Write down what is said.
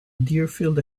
deerfield